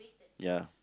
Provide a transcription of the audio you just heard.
ya